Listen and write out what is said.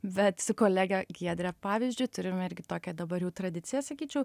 bet su kolege giedre pavyzdžiui turime irgi tokią dabar jau tradiciją sakyčiau